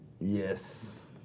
Yes